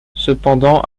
cependant